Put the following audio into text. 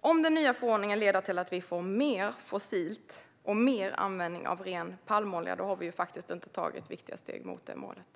Om den nya förordningen leder till att vi får mer fossilt och mer användning av ren palmolja har vi inte tagit viktiga steg mot de målen.